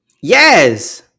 yes